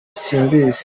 simbizi